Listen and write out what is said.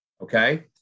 okay